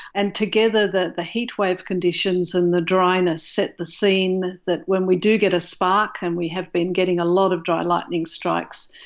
and together, the the heat wave conditions and the dryness set the scene that when we do get a spark, and we have been getting a lot of dry lightning strikes,